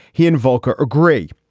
he and voelker agree.